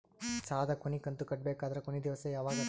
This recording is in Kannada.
ಸಾಲದ ಕೊನಿ ಕಂತು ಕಟ್ಟಬೇಕಾದರ ಕೊನಿ ದಿವಸ ಯಾವಗದ?